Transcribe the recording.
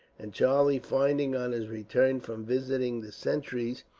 and charlie, finding, on his return from visiting the sentries,